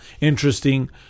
interesting